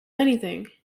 anything